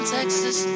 Texas